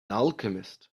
alchemist